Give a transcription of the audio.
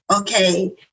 Okay